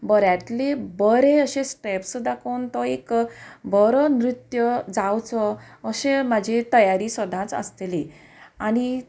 बऱ्यांतले बरें अशें स्टॅप्स दाखोवन तो एक बरो नृत्य जावचो अशे म्हाजी तयारी सदांच आसतली आनी